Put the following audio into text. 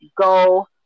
go